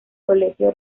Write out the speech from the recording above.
colegio